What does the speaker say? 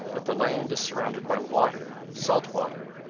that the land is surrounded by water, salt water,